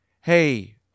Hey